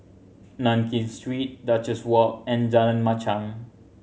Nankin Street Duchess Walk and Jalan Machang